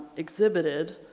exhibited